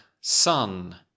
sun